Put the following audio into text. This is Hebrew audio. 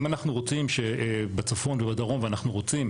אם אנחנו רוצים שבצפון ובדרום ואנחנו רוצים,